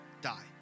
die